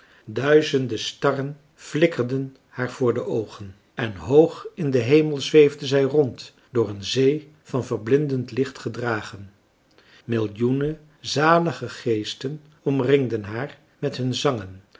duizenden starren flikkerden haar voor de oogen en hoog in den hemel zweefde zij rond door een zee van verblindend licht gedragen millioenen zalige geesten omringden haar met hun zangen